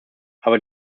aber